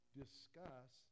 discuss